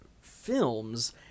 films